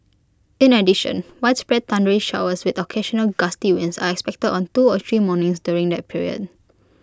in addition widespread thundery showers with occasional gusty winds are expected on two or three mornings during that period